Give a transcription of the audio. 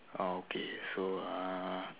orh okay so uh